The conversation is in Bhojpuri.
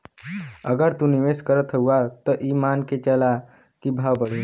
अगर तू निवेस करत हउआ त ई मान के चला की भाव बढ़ी